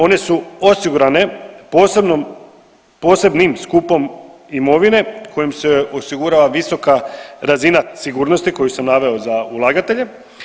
One su osigurane posebnom, posebnim skupom imovine kojim se osigurava visoka razina sigurnosti koju sam naveo za ulagatelje.